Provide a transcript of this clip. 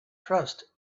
trust